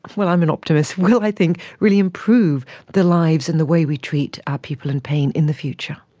well, i'm an optimist, will i think really improve the lives and the way we treat our people in pain in the future.